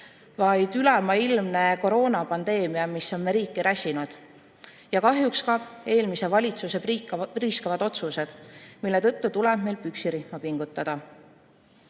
vaid ülemaailmne koroonapandeemia, mis on me riiki räsinud, ja kahjuks ka eelmise valitsuse priiskavad otsused, mille tõttu tuleb meil püksirihma pingutada. Olen